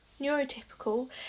neurotypical